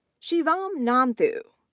shivam nathu,